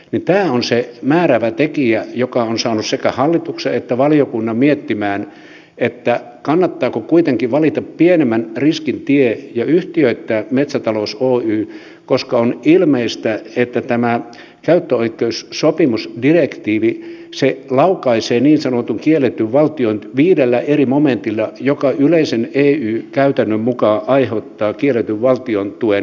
tämä on se määräävä tekijä joka on saanut sekä hallituksen että valiokunnan miettimään kannattaako kuitenkin valita pienemmän riskin tie ja yhtiöittää metsätalous oy koska on ilmeistä että tämä käyttöoikeussopimusdirektiivi laukaisee niin sanotun kielletyn valtiontuen viidellä eri momentilla mikä yleisen ey käytännön mukaan aiheuttaa kielletyn valtiontuen realisoinnin